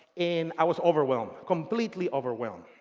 and i was overwhelmed. completely overwhelmed.